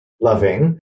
loving